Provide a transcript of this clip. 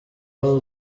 aho